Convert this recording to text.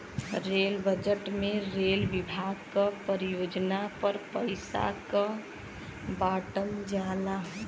rail budget में railway विभाग क परियोजना पर पइसा क बांटल जाला